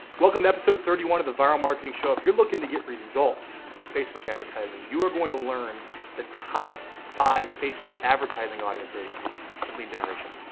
welcome to episode thirty one of the vyral marketing show. if you're looking to get results with facebook advertising you are going to learn the top five facebook advertising audiences for lead generation.